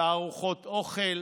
תערוכות אוכל